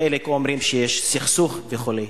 חלק אומרים שיש סכסוך, וכו'.